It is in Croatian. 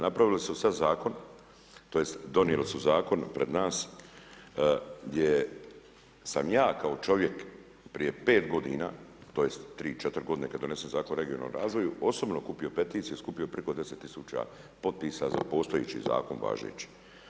Napravili su sada zakon tj. donijeli su zakon pred nas gdje sam ja kao čovjek prije pet godina tj. 3, 4 godine kada je donesen Zakon o regionalnom razvoju osobno skupio peticiju, skupio preko 10 tisuća potpisa za postojeći zakon važeći.